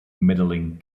medaling